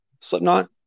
Slipknot